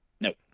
Nope